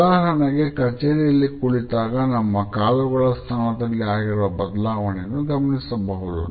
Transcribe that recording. ಉದಾಹರಣೆಗೆ ಕಚೇರಿಯಲ್ಲಿ ಕುಳಿತಾಗ ನಮ್ಮ ಕಾಲುಗಳ ಸ್ಥಾನದಲ್ಲಿ ಆಗಿರುವ ಬದಲಾವಣೆಯನ್ನು ಗಮನಿಸಬಹುದು